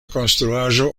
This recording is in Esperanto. konstruaĵo